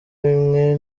bimwe